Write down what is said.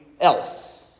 else